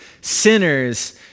sinners